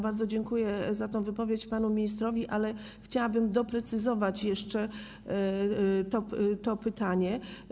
Bardzo dziękuję za tę wypowiedź panu ministrowi, ale chciałabym doprecyzować jeszcze to pytanie.